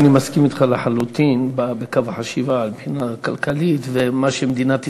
אני מסכים אתך לחלוטין בקו החשיבה מבחינה כלכלית ומה שמדינת ישראל,